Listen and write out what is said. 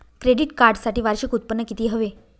Credit कार्डसाठी वार्षिक उत्त्पन्न किती हवे?